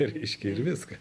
reiškia ir viskas